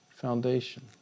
foundation